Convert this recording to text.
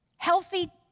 Healthy